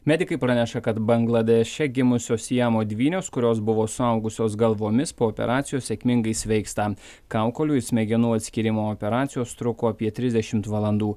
medikai praneša kad bangladeše gimusios siamo dvynės kurios buvo suaugusios galvomis po operacijos sėkmingai sveiksta kaukolių ir smegenų atskyrimo operacijos truko apie trisdešimt valandų